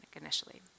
initially